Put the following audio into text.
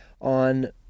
on